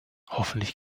hoffentlich